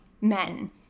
men